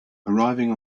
arriving